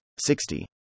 60